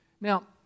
Now